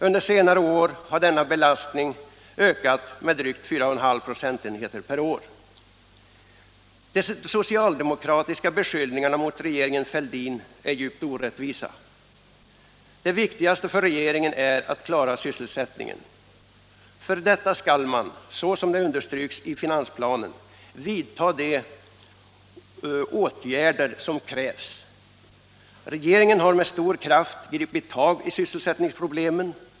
Under senare år har denna belastning ökat med drygt 4,5 procentenheter per år. De socialdemokratiska beskyllningarna mot regeringen Fälldin är djupt orättvisa. Det viktigaste för regeringen är att klara sysselsättningen. För detta skall man, som det understryks i finansplanen, vidta de åtgärder som krävs. Regeringen har med stor kraft gripit tag i sysselsättningsproblemen.